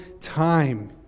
time